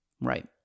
right